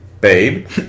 Babe